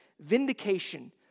vindication